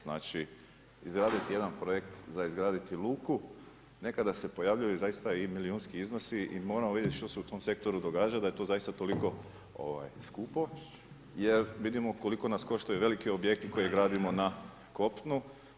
Znači, izgraditi jedan projekt za izgraditi luku, nekada se pojavljuje i zaista i milijunski iznosi i moramo vidjeti što se u tom sektoru događa, da je tu zaista toliko skupo jer vidimo koliko nas koštaju veliki objekti koje gradimo na kopnu.